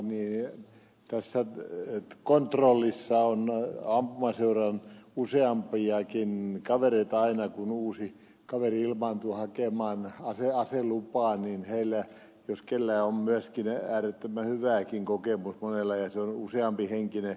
omalla paikkakunnallani tässä kontrollissa on ampumaseuran useampiakin kavereita aina kun uusi kaveri ilmaantuu hakemaan aselupaa ja heillä jos keillä on myöskin äärettömän hyväkin kokemus monella ja siinä on useampi henkilö ryhmä joka testaa